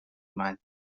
mal